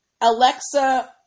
Alexa